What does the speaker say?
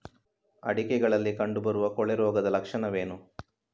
ಅಡಿಕೆಗಳಲ್ಲಿ ಕಂಡುಬರುವ ಕೊಳೆ ರೋಗದ ಲಕ್ಷಣವೇನು?